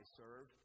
serve